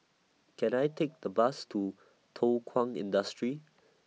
Can I Take The Bus to Thow Kwang Industry